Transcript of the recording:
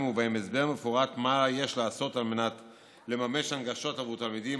ונהלים ובהם הסבר מפורט מה יש לעשות על מנת לממש הנגשות עבור תלמידים,